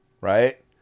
right